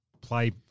play